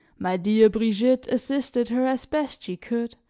my dear brigitte assisted her as best she could,